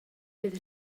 bydd